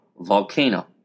Volcano